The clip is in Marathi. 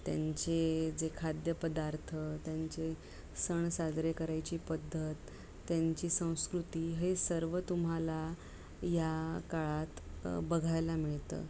त्यांचे जे खाद्यपदार्थ त्यांचे सण साजरे करायची पद्धत त्यांची संस्कृती हे सर्व तुम्हाला या काळात बघायला मिळतं